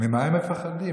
ממה הם מפחדים?